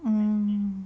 um